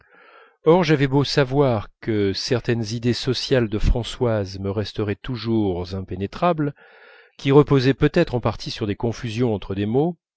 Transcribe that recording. or j'avais beau savoir que certaines idées sociales de françoise me resteraient toujours impénétrables qui reposaient peut-être en partie sur des confusions entre des mots